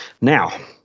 Now